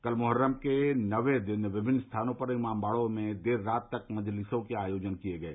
कल मोहर्रम के नौवें दिन विभिन्न स्थानों पर इमामबाड़ो में देर रात तक मजलिसो के आयोजन किए गये